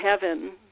heaven